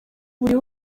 buri